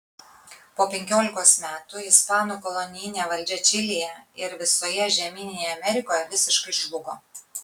po penkiolikos metų ispanų kolonijinė valdžia čilėje ir visoje žemyninėje amerikoje visiškai žlugo